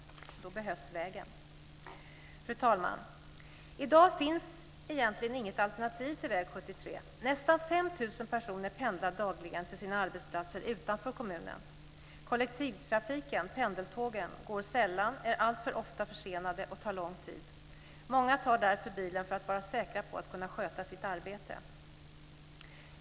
Då behövs vägen. Fru talman! I dag finns egentligen inget alternativ till väg 73. Nästan 5 000 personer pendlar dagligen till sina arbetsplatser utanför kommunen. Kollektivtrafiken - pendeltågen - går sällan, är alltför ofta försenade och tar lång tid. Många tar därför bilen för att vara säkra på att kunna sköta sitt arbete.